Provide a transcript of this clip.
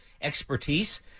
expertise